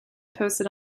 posted